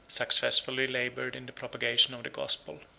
successfully labored in the propagation of the gospel.